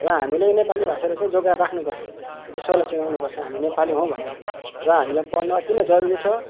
र हामीले नेपाली भाषालाई चाहिँ जोगाएर राख्नु पर्छ विश्वलाई चिनाउनु पर्छ हामी नेपाली हौ भनेर र हामीलाई पढ्न अति नै जरुरी छ